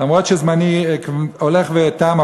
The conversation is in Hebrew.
אומנם זמני הולך ותם,